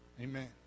amen